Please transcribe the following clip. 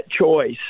choice